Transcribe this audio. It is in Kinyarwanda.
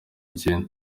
bye